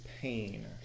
pain